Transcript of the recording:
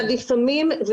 לפעמים,